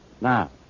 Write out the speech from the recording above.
Now